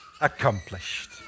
accomplished